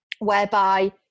whereby